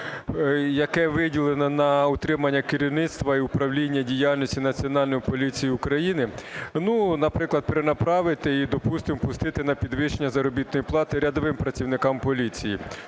які виділені на утримання керівництва і управління діяльності Національної поліції України, ну, наприклад, перенаправити і, допустимо, пустити на підвищення заробітної плати рядовим працівникам поліції.